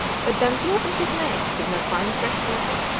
but dampier and his mates could not find fresh water,